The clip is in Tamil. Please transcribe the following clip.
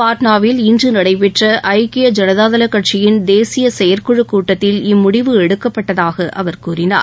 பாட்னாவில் இன்று நடைபெற்ற ஐக்கிய ஜனதாதள கட்சியின் தேசிய செயற்குழு கூட்டத்தில் இம்முடிவு எடுக்கப்பட்டதாக அவர் கூறினார்